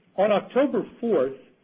on october fourth,